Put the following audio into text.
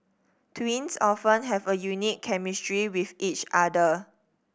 twins often have a unique chemistry with each other